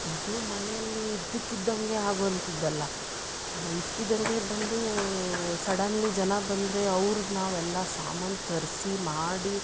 ಇದು ಮನೆಯಲ್ಲಿ ಇದ್ದಕ್ಕಿದ್ದಂಗೆ ಆಗುವಂಥದ್ದಲ್ಲ ಇದ್ದಕ್ಕಿದ್ದಂಗೆ ಬಂದು ಸಡನ್ಲಿ ಜನ ಬಂದರೆ ಅವ್ರ್ಗೆ ನಾವೆಲ್ಲ ಸಾಮಾನು ತರಿಸಿ ಮಾಡಿ